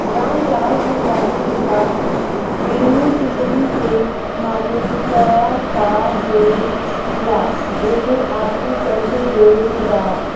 रामलाल के जाने के बा की बेनिफिसरी के माने का का होए ला एमे आदमी कैसे जोड़े के बा?